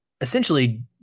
essentially